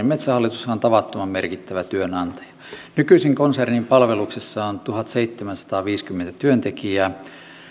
metsähallitushan on tavattoman merkittävä työnantaja nykyisin konsernin palveluksessa on tuhatseitsemänsataaviisikymmentä työntekijää